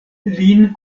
lin